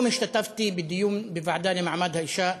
היום השתתפתי בדיון בוועדה למעמד האישה